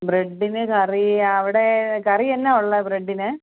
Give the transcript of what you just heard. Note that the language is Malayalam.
ബ്രെഡിന് കറി അവിടേ കറിയെന്താ ഉള്ളത് ബ്രെഡിന്